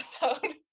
episode